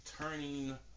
turning